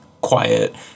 quiet